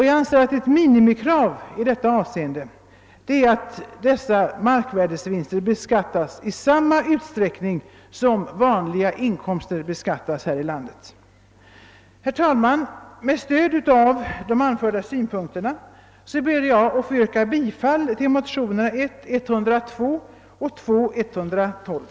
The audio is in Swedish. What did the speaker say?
Jag anser att ett minimikrav är att markvärdevinsterna beskattas i samma utsträckning som vanliga inkomster beskattas här i landet. Herr talman! Med stöd av de anförda synpunkterna ber jag att få yrka bifall till motionerna I: 102 och II: 112.